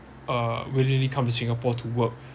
uh willingly come to singapore to work